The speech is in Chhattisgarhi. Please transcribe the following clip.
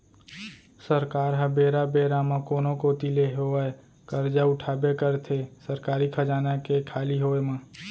सरकार ह बेरा बेरा म कोनो कोती ले होवय करजा उठाबे करथे सरकारी खजाना के खाली होय म